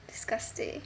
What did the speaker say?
disgusting